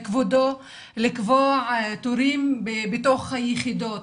לקבוע תורים בתוך היחידות.